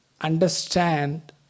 understand